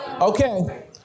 Okay